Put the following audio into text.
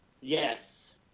Yes